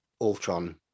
Ultron